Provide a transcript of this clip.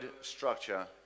structure